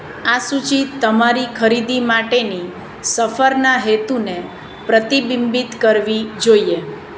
આ સૂચિ તમારી ખરીદી માટેની સફરના હેતુને પ્રતિબિંબિત કરવી જોઈએ